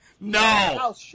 No